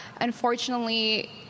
unfortunately